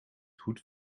goed